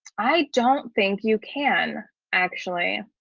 i don't think you can actually.